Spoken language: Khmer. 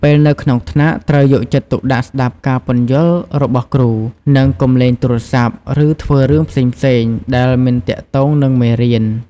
ពេលនៅក្នុងថ្នាក់ ត្រូវយកចិត្តទុកដាក់ស្តាប់ការពន្យល់របស់គ្រូ និងកុំលេងទូរស័ព្ទ ឬធ្វើរឿងផ្សេងៗដែលមិនទាក់ទងនឹងមេរៀន។